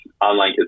online